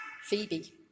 Phoebe